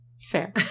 Fair